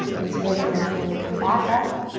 integrating the neck, we're gonna come back up,